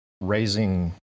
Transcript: raising